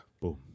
Boom